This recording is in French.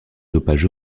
dopage